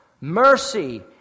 mercy